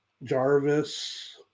Jarvis